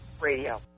Radio